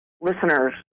listeners